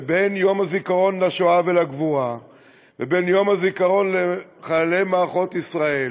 שבין יום הזיכרון לשואה ולגבורה ובין יום הזיכרון לחללי מערכות ישראל,